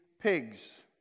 pigs